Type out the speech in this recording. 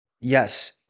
Yes